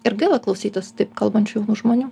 ir gaila klausytis taip kalbančių žmonių